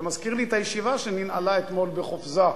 זה מזכיר לי את הישיבה שננעלה אתמול בחופזה.